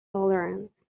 tolerance